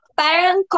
parang